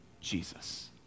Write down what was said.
Jesus